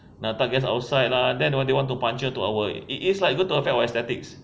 nak letak gas outside lah then they want to puncture to our it is like good to have aesthetics